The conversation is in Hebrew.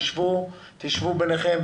תשבו ביניכם.